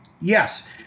yes